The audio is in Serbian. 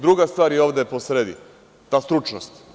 Druga stvar je ovde posredi, ta stručnost.